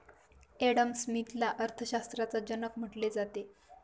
Adam स्मिथला अर्थशास्त्राचा जनक म्हटले जाते